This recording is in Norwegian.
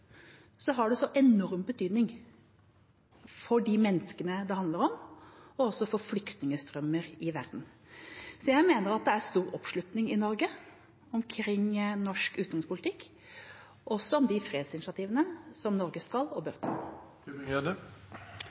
har det så enorm betydning for de menneskene det handler om, og også for flyktningstrømmer i verden. Så jeg mener at det er stor oppslutning i Norge om norsk utenrikspolitikk, og også om de fredsinitiativene som Norge skal og bør ta.